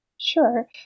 Sure